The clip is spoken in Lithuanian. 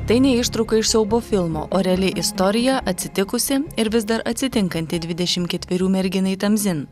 tai ne ištrauka iš siaubo filmo o reali istorija atsitikusi ir vis dar atsitinkanti dvidešim ketverių merginai tamzin